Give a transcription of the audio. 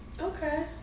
okay